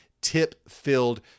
tip-filled